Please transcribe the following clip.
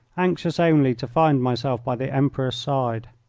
anxious only to find myself by the emperor's side.